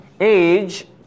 age